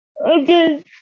Okay